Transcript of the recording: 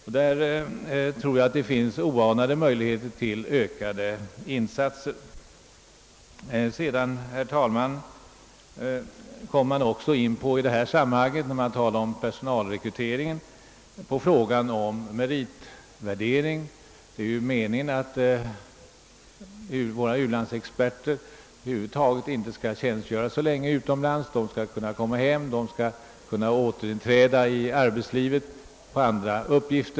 Jag tror att det i detta avseende finns oanade möjligheter till ökade insatser. När man talar om personalrekryteringen kommer man också in på frågan om meritvärderingen. Det är ju meningen att våra u-lanidsexperter över huvud taget inte skall tjänstgöra så länge utomlands. De skall kunna komma tillbaka och återinträda i arbetslivet här hemma.